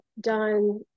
done